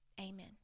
Amen